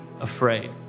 afraid